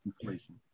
Inflation